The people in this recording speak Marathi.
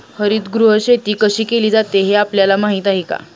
हरितगृह शेती कशी केली जाते हे आपल्याला माहीत आहे का?